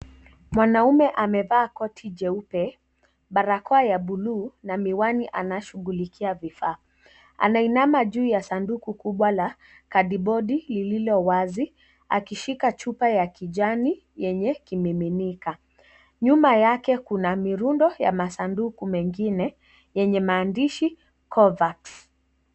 Mwanamume amevaa koti jeupe, barakoa ya buluu na miwani anashughulikia bidhaa. Anainama juu ya sanduku kubwa la kadibodi lililo wazi akishika chupa ya kijani yenye kimiminika. Nyuma yake kuna mirundo ya masanduku mengine yenye maandishi Covax.